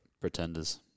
pretenders